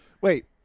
Wait